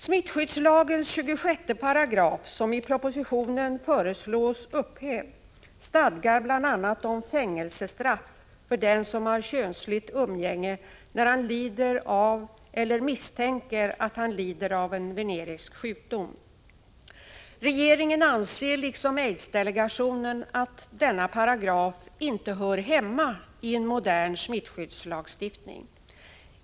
Smittskyddslagens 26 §, som i propositionen föreslås bli upphävd, stadgar bl.a. om fängelsestraff för den som har könsligt umgänge när han lider av eller misstänker att han lider av en venerisk sjukdom. Regeringen anser liksom aidsdelegationen att denna paragraf inte hör hemma i en modern smittskyddslagstiftning.